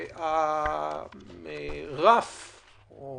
הרף או